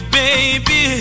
baby